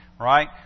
right